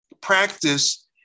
practice